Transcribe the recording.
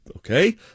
Okay